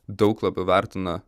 daug labiau vertina